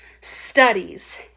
studies